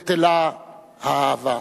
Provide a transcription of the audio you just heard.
בטלה אהבה.